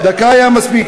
תן שתי דקות נוספות.